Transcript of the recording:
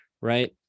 right